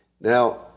Now